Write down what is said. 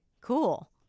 cool